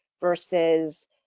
versus